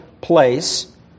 place